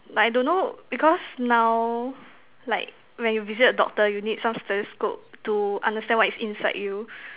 like I don't know because now like when you visit the doctor you need some stethoscope to understand what is inside you